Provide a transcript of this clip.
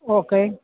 okay